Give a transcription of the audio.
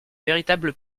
véritable